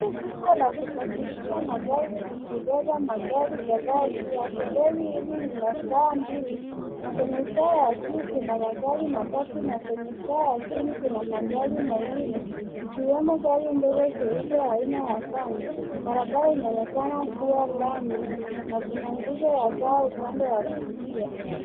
Lori kubwa la kusafirisha magari likibeba magari kadha juu yake. Lori hili lina staha mbili na kwenye staha ya juu kuna magari matatu na kwenye staha ya jini kuna magari mawili likiwemo gari ndogo jeupe aina van . Barabara inaonekana kuwa lami na kuna nguzo ya taa upande wa kulia.